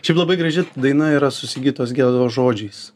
šiaip labai graži daina yra su sigitos gedos žodžiais